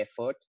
effort